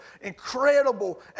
incredible